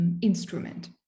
instrument